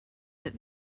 that